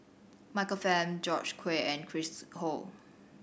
Michael Fam George Quek and Chris Ho